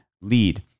lead